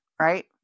right